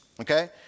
okay